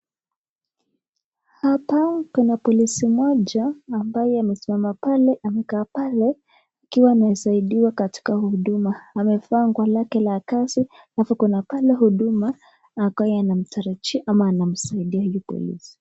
Hapa kuna polisi mmoja ambaye amesimama pale amekaa pale akiwa anasaidiwa katika huduma. Amevaa nguo Lake La kazi alafu kuna pale huduma na ako amtarajia ama anamsaidia huyu polisi